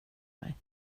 mig